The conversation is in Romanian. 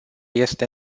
este